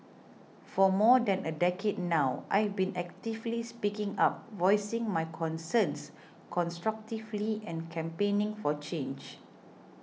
for more than a decade now I've been actively speaking up voicing my concerns constructively and campaigning for change